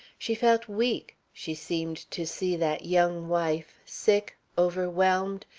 she felt weak she seemed to see that young wife, sick, overwhelmed,